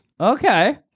Okay